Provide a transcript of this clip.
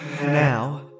Now